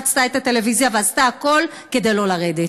רצתה את הטלוויזיה ועשתה הכול כדי לא לרדת.